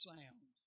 Sound